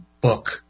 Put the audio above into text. book